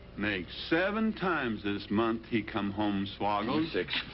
makes seven times this month he come home swaggled. six.